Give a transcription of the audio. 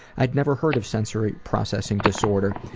i'd never heard of sensory processing disorder,